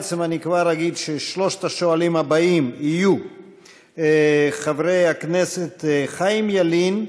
בעצם אני כבר אגיד ששלושת השואלים הבאים יהיו חברי הכנסת חיים ילין,